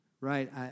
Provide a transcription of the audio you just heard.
right